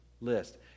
list